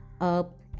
up